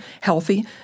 healthy